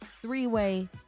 three-way